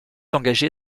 engagé